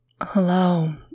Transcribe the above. Hello